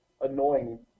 annoying